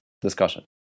discussion